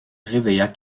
réveilla